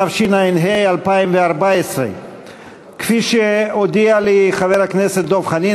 התשע"ה 2014. כפי שהודיע לי חבר הכנסת דב חנין,